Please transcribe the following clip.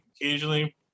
occasionally